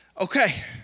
Okay